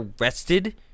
arrested